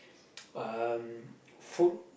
um food